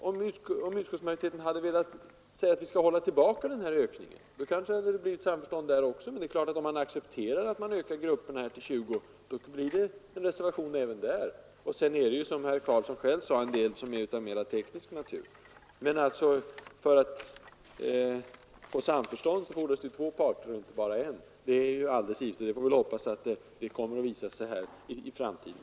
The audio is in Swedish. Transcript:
Om utskottsmajoriteten hade velat säga att vi skall hålla tillbaka den ökningen, hade det kanske blivit samförstånd där också. Men om utskottsmajoriteten accepterar att man ökar grupperna till 20, blir det en reservation. Sedan är det, som herr Karlsson själv sade, en del reservationer av mera teknisk natur. För att få samförstånd fordras det två parter och inte bara en. Vi får kanske hoppas att det kan visa sig i framtiden.